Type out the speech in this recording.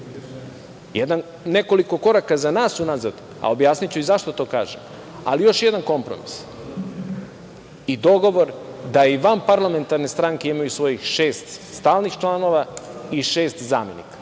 nekoliko koraka za nas unazad, a objasniću i zašto to kažem, ali još jedan kompromis i dogovor da i vanparlamentarne stranke imaju svojih šest stalnih članova i šest zamenika,